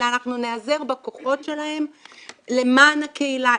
אלא אנחנו ניעזר בכוחות שלהם למען הקהילה,